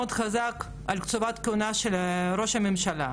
של מה שאנחנו קוראים מינויי ממשלה,